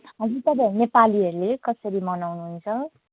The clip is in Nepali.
हजुर तपाईँहरू नेपालीहरूले कसरी मनाउनुहुन्छ